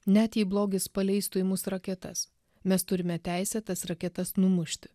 net jei blogis paleistų į mus raketas mes turime teisę tas raketas numušti